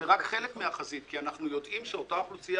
זה רק חלק מן החזית כי אנחנו יודעים שאותה אוכלוסייה